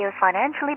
financially